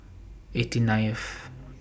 eighty ninth